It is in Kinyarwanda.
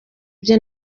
bye